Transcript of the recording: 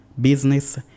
business